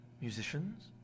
musicians